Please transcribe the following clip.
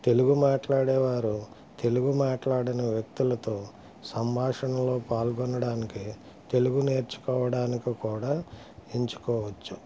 తెలుగు మాట్లాడే వారు తెలుగు మాట్లాడని వ్యక్తులతో సంభాషణలో పాల్గొనడానికి తెలుగు నేర్చుకోవడానికి కూడా ఎంచుకోవచ్చు